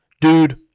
dude